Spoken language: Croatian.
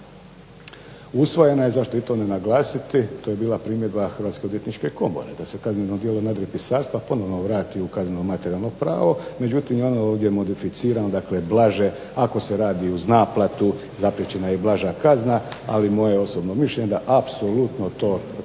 Usvojena je, zašto i to ne naglasiti, to je bila primjedba Hrvatske odvjetničke komore da se kazneno djelo nadripisarstva ponovno vrati u kazneno materijalno pravo. Međutim, i ono je ovdje modificirano. Dakle, blaže je ako se radi uz naplatu zapriječena je i blaža kazna. Ali moje je osobno mišljenje da apsolutno to